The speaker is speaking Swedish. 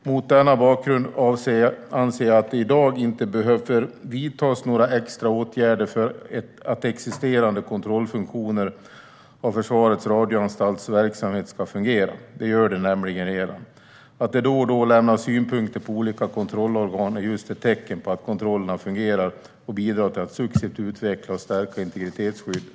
Mot denna bakgrund anser jag att det i dag inte behöver vidtas några extra åtgärder för att existerande kontrollfunktioner av Försvarets radioanstalts verksamhet ska fungera. Det gör de nämligen redan. Att det då och då lämnas synpunkter från olika kontrollorgan är just ett tecken på att kontrollerna fungerar och bidrar till att successivt utveckla och stärka integritetsskyddet.